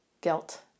guilt